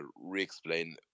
re-explain